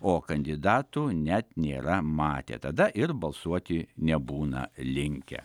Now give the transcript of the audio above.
o kandidatų net nėra matę tada ir balsuoti nebūna linkę